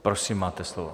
Prosím, máte slovo.